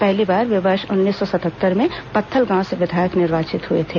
पहली बार वे वर्ष उननीस सौ सतहत्तर में पत्थलगांव से विधायक निर्वाचित हुए थे